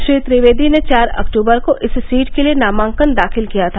श्री त्रिवेदी ने चार अक्तूबर को इस सीट के लिए नामांकन दाखिल किया था